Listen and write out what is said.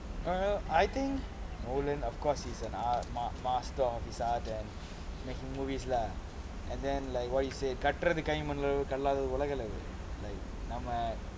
err I think nolan of course is ah ma~ master of his art and making movies lah and then like what you said கற்றது காய் மண் அளவு கல்லாதது உலகளவு:katrathu kai man alavu kalaathathu ulagalavu like